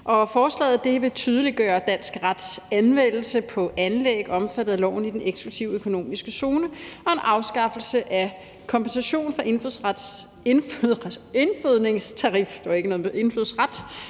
Forslaget vil tydeliggøre »dansk rets anvendelse på anlæg omfattet af loven i den eksklusive økonomiske zone og afskaffelse af kompensation for indfødningstarif